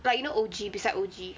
like you know O_G beside O_G